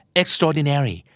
extraordinary